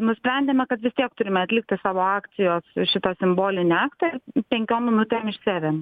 nusprendėme kad vis tiek turime atlikti savo akcijos šitą simbolinį aktą penkiom minutėm išsiavėm